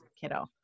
kiddo